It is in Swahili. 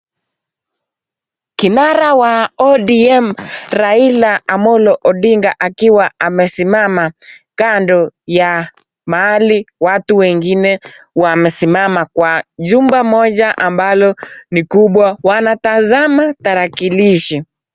Kinara wa ODM Raila Amollo Odinga akiwa amesimama, kando ya mahali watu wengine wamesimama kwa jumba moja ambalo ni kubwa. Wanatazama tarakilishi.